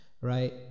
right